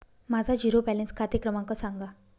माझा zero balance खाते क्रमांक सांगा